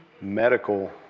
medical